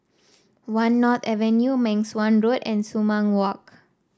One North Avenue Meng Suan Road and Sumang Walk